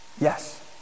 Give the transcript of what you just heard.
yes